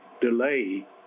delay